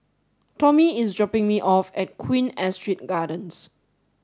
Tommy is dropping me off at Queen Astrid Gardens